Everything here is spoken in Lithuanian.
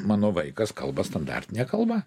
mano vaikas kalba standartine kalba